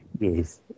yes